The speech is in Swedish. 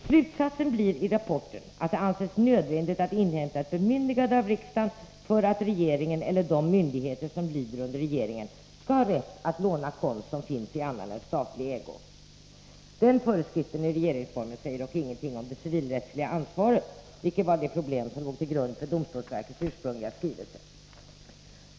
Slutsatsen blir i rapporten att det anses nödvändigt att inhämta ett bemyndigande av riksdagen för att regeringen eller de myndigheter som lyder under regeringen skall ha rätt att låna konst som finns i annan än statlig ägo. Denna föreskrift i regeringsformen säger dock ingenting om det civilrättsliga ansvaret, vilket var det problem som låg till grund för domstolsverkets ursprungliga skrivelse.